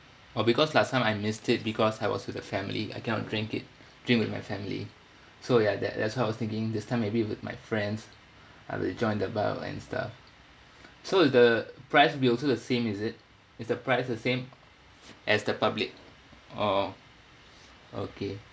oh because last time I missed it because I was with the family I cannot drink it drink with my family so ya that that's why I was thinking this time maybe with my friends I will join the bar and stuff so the price will be also the same is it is the price the same as the public or okay